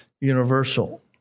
universal